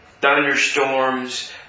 thunderstorms